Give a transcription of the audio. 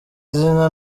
izina